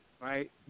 Right